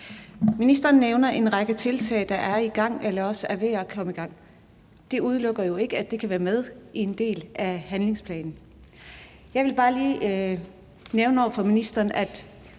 Ministeren nævner en række tiltag, der er i gang eller også er ved at komme i gang, men det udelukker jo ikke, at de kan være med som en del af handlingsplanen. Jeg vil bare lige nævne over for ministeren, at